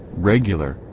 regular,